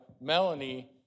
Melanie